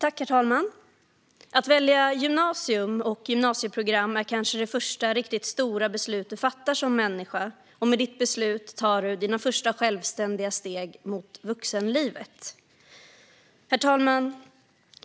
Herr talman! Att välja gymnasium och gymnasieprogram är kanske det första riktigt stora beslut du fattar som människa, och med ditt beslut tar du dina första självständiga steg mot vuxenlivet.